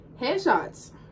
Headshots